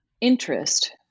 interest